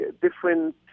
different